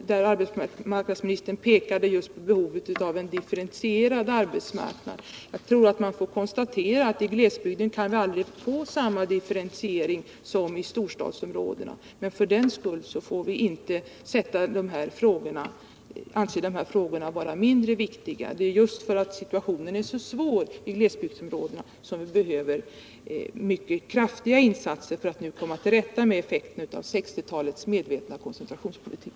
Arbetsmarknadsministern pekade då på behovet av en differentierad arbetsmarknad. Jag tror att man måste konstatera att vi i glesbygd aldrig kan få samma differentiering som i storstadsområdena. Men för den skull får vi inte anse de här frågorna vara mindre viktiga. Det är just för att situationen är så svår i glesbygdsområdena som vi behöver mycket kraftiga insatser för att nu komma till rätta med effekten av 1960-talets medvetna koncentrationspolitik.